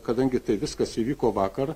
kadangi tai viskas įvyko vakar